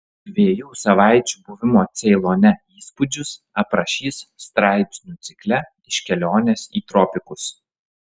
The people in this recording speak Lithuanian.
dviejų savaičių buvimo ceilone įspūdžius aprašys straipsnių cikle iš kelionės į tropikus